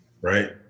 right